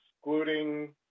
excluding